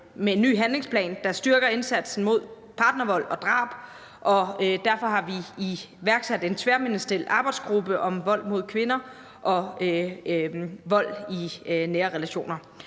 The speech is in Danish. med en ny handlingsplan, der styrker indsatsen mod partnervold og -drab, og derfor har vi nedsat en tværministeriel arbejdsgruppe om vold mod kvinder og vold i nære relationer.